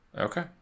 Okay